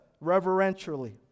reverentially